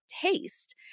Taste